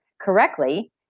correctly